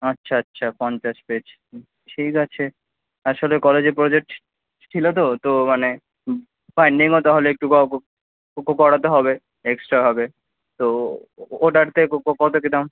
আচ্ছা আচ্ছা পঞ্চাশ পেজ ঠিক আছে আসলে কলেজের প্রজেক্ট ছিলো তো তো মানে বাইন্ডিংও তাহলে একটু করাতে হবে এক্সট্রা হবে তো ওটারতে কত কি দাম